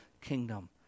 kingdom